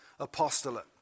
apostolate